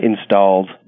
installed